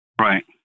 Right